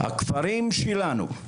הכפרים שלנו,